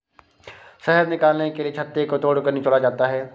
शहद निकालने के लिए छत्ते को तोड़कर निचोड़ा जाता है